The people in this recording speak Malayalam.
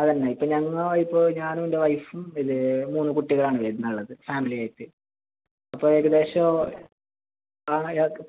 അത് തന്നെ ഇപ്പോൾ ഞങ്ങൾ ഇപ്പോൾ ഞാനും എൻ്റെ വൈഫും പിന്നെ മൂന്ന് കുട്ടികൾ ആണ് വരുന്നുള്ളത് ഫാമിലി ആയിട്ട് അപ്പോൾ ഏകദേശം